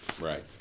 right